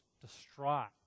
distraught